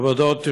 עבודות תכנון,